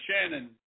Shannon